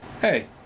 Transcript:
hey